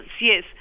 yes